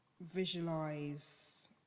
visualize